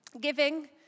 giving